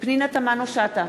פנינה תמנו-שטה,